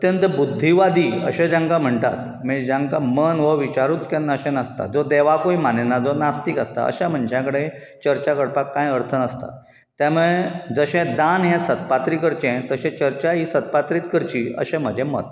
अत्यंत बुध्दीवादी अशें जांकां म्हणटात म्हणजे जांकां मन हो विचारूच केन्ना अशें नासता जो देवाकूय मानिना आनी जो नास्तीक आसता अशा मनशां कडेन चर्चा करपाक कांय अर्थ नासता ताने दान हें सदपात्री करचें तशी चर्चा ही सदपात्रीच करची अशें म्हजें मत